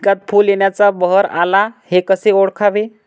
पिकात फूल येण्याचा बहर आला हे कसे ओळखावे?